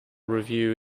review